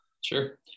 sure